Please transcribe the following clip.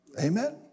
Amen